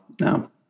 no